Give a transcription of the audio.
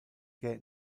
que